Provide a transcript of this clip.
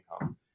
income